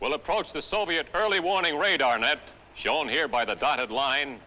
will approach the soviet early warning radar net shown here by the dotted line